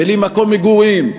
בלי מקום מגורים,